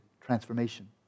transformation